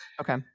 okay